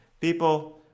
People